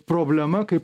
problema kaip